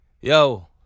Yo